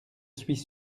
suis